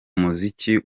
muziki